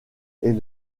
est